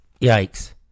Yikes